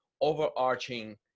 overarching